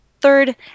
Third